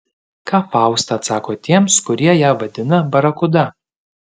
ką fausta atsako tiems kurie ją vadina barakuda